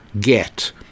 get